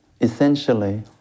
essentially